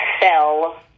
fell